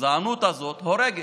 הגזענות הזאת הורגת.